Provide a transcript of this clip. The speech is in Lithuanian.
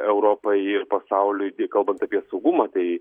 europai ir pasauliui bei kalbant apie saugumą tai